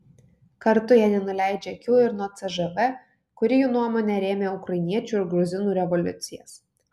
kartu jie nenuleidžia akių ir nuo cžv kuri jų nuomone rėmė ukrainiečių ir gruzinų revoliucijas